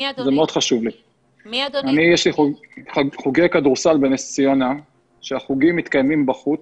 לי חוגי כדורסל לכיתות א' עד ד' בנס ציונה שמתקיימים בחוץ.